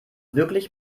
wirklich